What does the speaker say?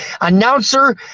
announcer